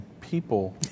people